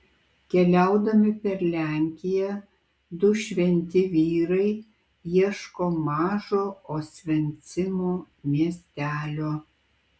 keliaudami per lenkiją du šventi vyrai ieško mažo osvencimo miestelio